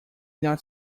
not